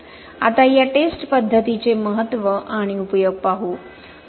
आता या टेस्ट पद्धतीचे महत्त्व आणि उपयोग पाहू